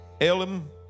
Elam